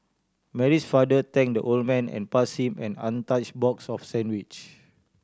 Mary's father thank the old man and pass him an untouch box of sandwich